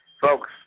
Folks